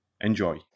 Enjoy